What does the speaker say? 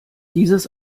dieses